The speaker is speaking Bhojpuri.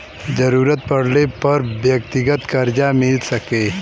जरूरत पड़ले पर व्यक्तिगत करजा मिल सके